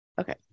Okay